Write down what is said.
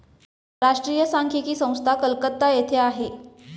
राष्ट्रीय सांख्यिकी संस्था कलकत्ता येथे आहे